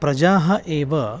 प्रजाः एव